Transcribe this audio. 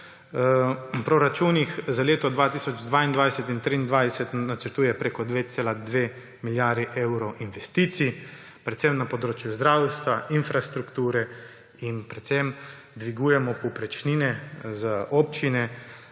proračunih za leti 2022 in 2023 načrtuje preko 2,2 milijardi evrov investicij predvsem na področju zdravstva, infrastrukture, dvigujemo pa tudi povprečnine za občine